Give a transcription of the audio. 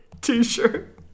t-shirt